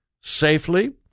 safely